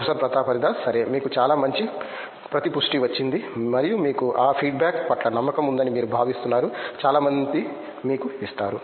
professor Pratap Haridas సరే మీకు చాలా మంచి ప్రతిపుష్టి వచ్చింది మరియు మీకు ఆ ఫీడ్బ్యాక్ పట్ల నమ్మకం ఉందని మీరు భావిస్తున్నారు చాలా మంది మీకు ఇస్తారు